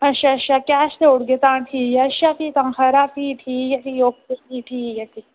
अच्छा अच्छा कैश देई ओड़गे तां ठीक ऐ भी तां खरा भी ठीक ऐ ओके ठीक ऐ भी